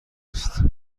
است